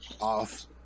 off